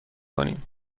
کنیم